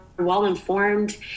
well-informed